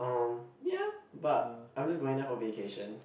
um ya but I'm just going there for vacation